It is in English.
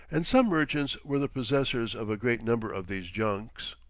and some merchants were the possessors of a great number of these junks.